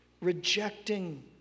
rejecting